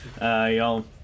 Y'all